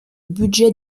budget